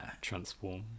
transform